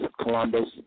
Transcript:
Columbus